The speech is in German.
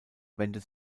wendet